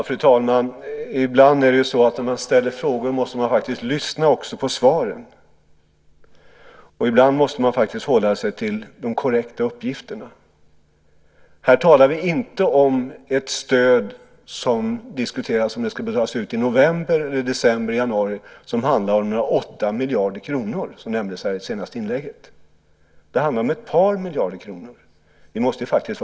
Fru talman! Ibland måste man också lyssna på svaren när man ställer frågor. Ibland måste man faktiskt hålla sig till de korrekta uppgifterna. Här talar vi inte om ett stöd på några 8 miljarder kronor som det diskuteras om det ska betalas ut i november, december eller januari, som nämndes här i senaste inlägget. Det handlar om ett par miljarder kronor. Vi måste vara korrekta.